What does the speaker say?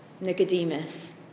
Nicodemus